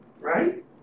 Right